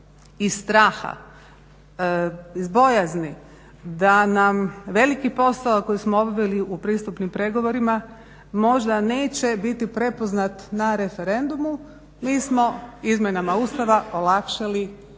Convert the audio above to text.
iz straha, iz bojazni da nam veliki posao koji smo obavili u pristupnim pregovorima možda neće biti prepoznat na referendumu. Mi smo izmjenama Ustava olakšali